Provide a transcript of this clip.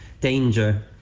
danger